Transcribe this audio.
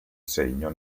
segno